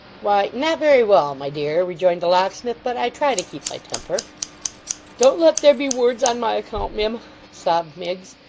why, not very well, my dear rejoined the locksmith, but i try to keep my temper don't let there be words on my account, mim sobbed miggs.